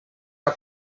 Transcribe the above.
are